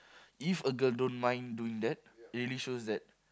if a girl don't mind doing that really shows that